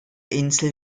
insel